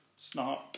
Snark